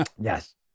Yes